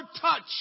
touch